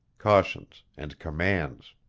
cautions, and commands.